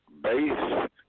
Base